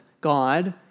God